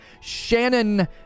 shannon